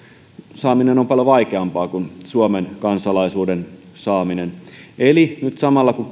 saaminen on paljon vaikeampaa kuin suomen kansalaisuuden saaminen eli nyt samalla kun